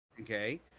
okay